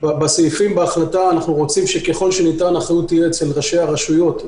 בסעיפים בהחלטה אנחנו רוצים ככל שניתן שהאחריות תהיה אצל ראשי הרשויות.